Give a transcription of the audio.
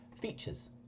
Features